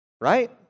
right